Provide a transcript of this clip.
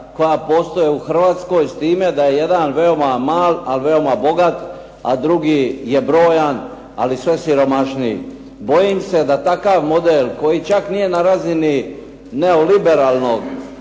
koja postoje u Hrvatskoj, s time da je jedan veoma mali a veoma bogat, a drugi je brojan ali sve siromašniji. Bojim se da takav model koji čak nije na razini neoliberalnost